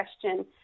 question